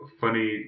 funny